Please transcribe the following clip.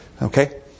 Okay